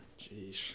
Jeez